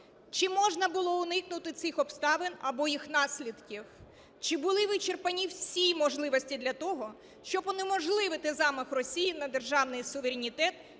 Чи можна було уникнути цих обставин або їх наслідків? Чи були вичерпані всі можливості для того, щоб унеможливити замах Росії на державний суверенітет